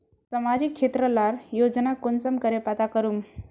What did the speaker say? सामाजिक क्षेत्र लार योजना कुंसम करे पता करूम?